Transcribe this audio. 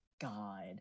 god